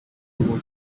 ngo